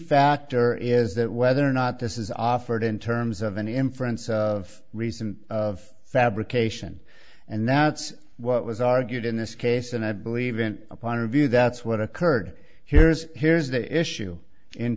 factor is that whether or not this is offered in terms of an inference of reason of fabrication and that's what was argued in this case and i believe in a point of view that's what occurred here's here's the issue in